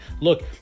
Look